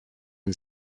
and